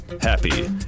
Happy